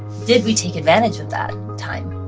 did we take advantage of that time?